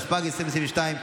התשפ"ג 2022,